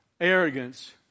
arrogance